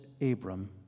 Abram